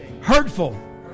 hurtful